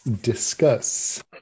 discuss